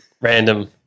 random